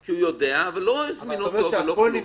כי הוא יודע, אבל לא הזמינו אותו ולא כלום.